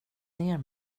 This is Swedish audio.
ner